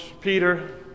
Peter